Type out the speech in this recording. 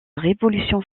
révolution